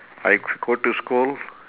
I go to school